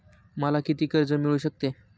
मला किती कर्ज मिळू शकते?